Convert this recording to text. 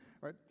right